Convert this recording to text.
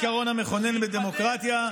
זה העיקרון המכונן בדמוקרטיה.